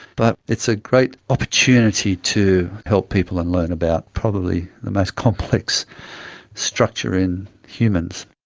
but it's a great opportunity to help people and learn about probably the most complex structure in humans.